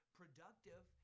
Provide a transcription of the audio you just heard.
productive